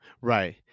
Right